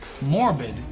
morbid